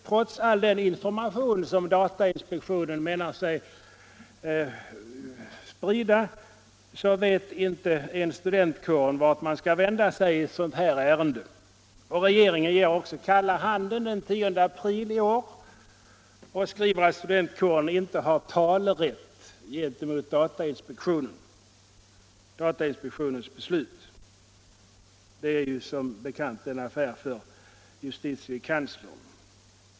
Trots all den information som datainspektionen menar sig sprida vet inte ens studentkåren vart den skall vända sig i ett sådant här ärende. Regeringen ger också kalla handen den 10 april i år och skriver att studentkåren inte har talerätt gentemot datainspektionens beslut. Det är som bekant en affär för justitiekanslern.